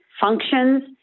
functions